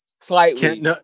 Slightly